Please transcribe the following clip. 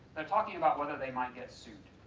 they're talking about whether they might get sued.